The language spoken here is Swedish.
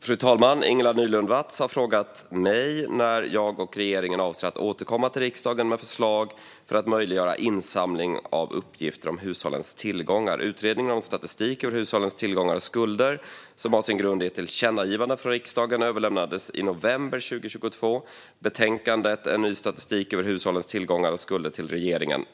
Fru talman! Ingela Nylund Watz har frågat mig när jag och regeringen avser att återkomma till riksdagen med förslag för att möjliggöra insamling av uppgifter om hushållens tillgångar. Utredningen om statistik över hushållens tillgångar och skulder, som har sin grund i ett tillkännagivande från riksdagen, överlämnade i november 2022 betänkandet En ny statistik över hushållens tillgångar och skulder till regeringen.